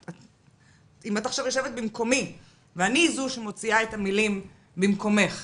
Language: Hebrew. אם את עכשיו יושבת במקומי ואני זו שמוציאה את המילים במקומך,